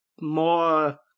more